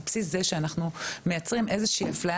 על בסיס זה שאנחנו מייצרים איזה שהיא אפליה